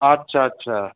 আচ্ছা আচ্ছা